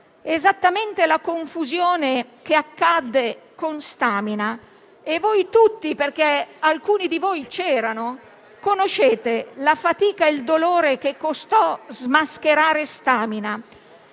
esattamente la confusione che si creò con Stamina e voi tutti - perché alcuni di voi c'erano - conoscete la fatica e il dolore che costò smascherare Stamina,